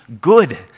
good